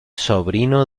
sobrino